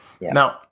Now